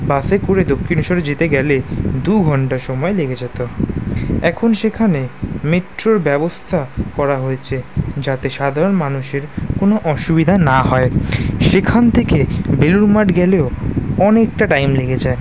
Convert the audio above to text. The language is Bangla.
বাসে করে দক্ষিণেশ্বরে যেতে গেলে দু ঘণ্টা সময় লেগে যেত এখন সেখানে মেট্রোর ব্যবস্থা করা হয়েছে যাতে সাধারণ মানুষের কোনো অসুবিধা না হয় সেখান থেকে বেলুড় মঠ গেলেও অনেকটা টাইম লেগে যায়